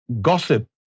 gossip